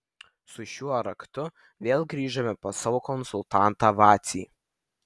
su šiuo raktu vėl grįžome pas savo konsultantą vacį